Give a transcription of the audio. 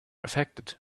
affected